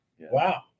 Wow